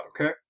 okay